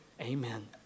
Amen